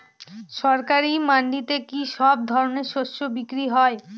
সরকারি মান্ডিতে কি সব ধরনের শস্য বিক্রি হয়?